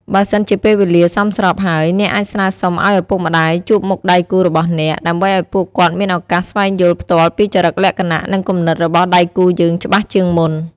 បើសិនជាពេលវេលាសមស្របហើយ អ្នកអាចស្នើសុំឱ្យឪពុកម្ដាយជួបមុខដៃគូរបស់អ្នក ដើម្បីឱ្យពួកគាត់មានឱកាសស្វែងយល់ផ្ទាល់ពីចរិតលក្ខណៈ និងគំនិតរបស់ដៃគូយើងច្បាស់ជាងមុន។